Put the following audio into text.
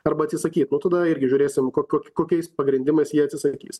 arba atsisakyt nu tada irgi žiūrėsim kokiu kokiais pagrindimais jie atsisakys